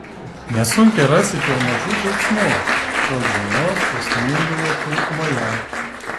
nesunkiai rasite ir mažų džiaugsmų šios dienos prasmingoje pilkumoje